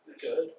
Good